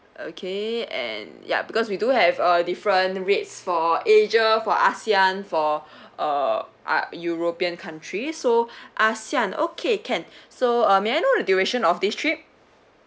okay and yup because we do have uh different rates for asia for ASEAN for uh a~ european countries so ASEAN okay can so uh may I know the duration of this trip